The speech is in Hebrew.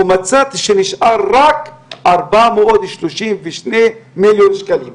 ומצאתי שנשאר רק 432 מיליון שקלים.